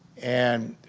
and